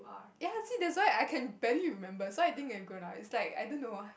ya see that's why I can barely remember so I think I've grown up it's like I don't know why